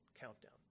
countdown